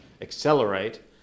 accelerate